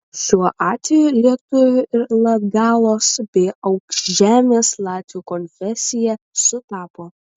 šiuo atveju lietuvių ir latgalos bei aukšžemės latvių konfesija sutapo